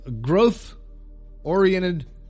growth-oriented